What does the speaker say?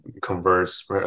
converts